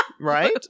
Right